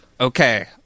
Okay